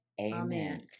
Amen